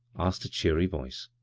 asked a cheery voice.